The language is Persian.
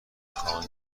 خانه